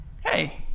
Hey